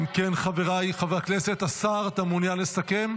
אם כן, חבריי חברי הכנסת, השר, אתה מעוניין לסכם?